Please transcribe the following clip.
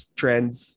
trends